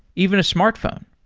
even a smartphone.